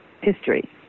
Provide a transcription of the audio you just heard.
history